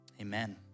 amen